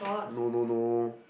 no no no